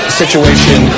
situation